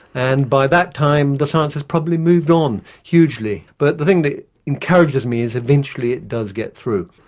and by that time the science has probably moved on hugely. but the thing that encourages me is eventually it does get through.